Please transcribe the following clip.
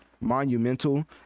monumental